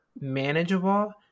manageable